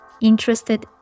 interested